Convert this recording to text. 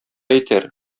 итәр